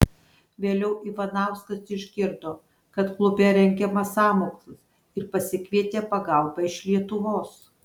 vėliau ivanauskas išgirdo kad klube rengiamas sąmokslas ir pasikvietė pagalbą iš lietuvos